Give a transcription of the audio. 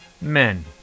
Men